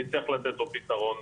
נצטרך לתת לו פתרון,